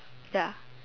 ya